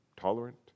tolerant